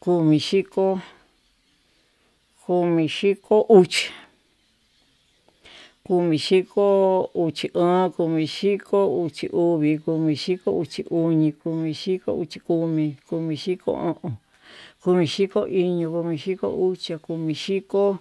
komixhiko, komixhiko uxia, komixhiko uxi oon, komixhiko uxi uvi, komixhiko uxi uñi, komixhiko uxi komi, komixhiko o'on, komixhiko iño, komixhiko uxia, komixhiko.